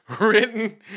Written